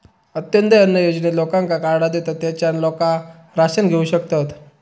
अंत्योदय अन्न योजनेत लोकांका कार्डा देतत, तेच्यान लोका राशन घेऊ शकतत